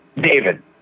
David